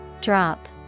Drop